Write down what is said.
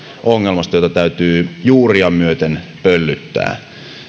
ongelmasta jota täytyy juuria myöten pöllyttää